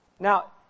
Now